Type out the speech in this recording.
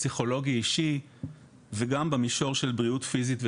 פסיכולוגי אישי וגם במישור של בריאות פיזית ונפשית.